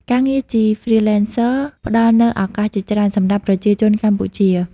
ការងារជា Freelancer ផ្តល់នូវឱកាសជាច្រើនសម្រាប់ប្រជាជនកម្ពុជា។